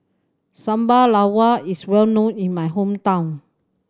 sambal is well known in my hometown